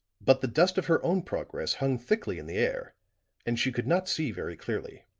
but the dust of her own progress hung thickly in the air and she could not see very clearly.